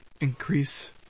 increase